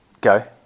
Go